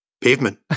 Pavement